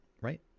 right